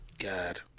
God